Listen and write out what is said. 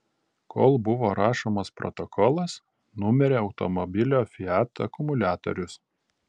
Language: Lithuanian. kol buvo rašomas protokolas numirė automobilio fiat akumuliatorius